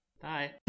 Bye